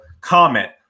comment